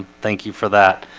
thank you for that